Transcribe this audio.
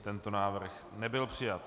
Tento návrh nebyl přijat.